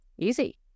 easy